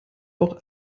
auch